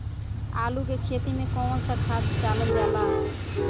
आलू के खेती में कवन सा खाद डालल जाला?